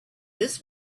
this